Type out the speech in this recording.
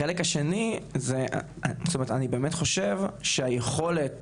החלק השני, אני חושב שהיכולת